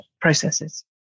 processes